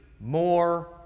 more